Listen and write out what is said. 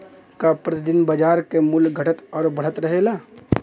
का प्रति दिन बाजार क मूल्य घटत और बढ़त रहेला?